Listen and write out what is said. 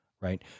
right